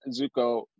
Zuko